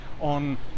on